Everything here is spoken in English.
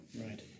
Right